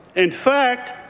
in fact,